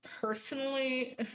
personally